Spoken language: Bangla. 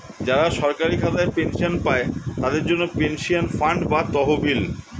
যারা সরকারি খাতায় পেনশন পায়, তাদের জন্যে পেনশন ফান্ড বা তহবিল